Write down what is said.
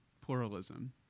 pluralism